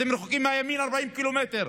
אתם רחוקים מהימין 40 קילומטר.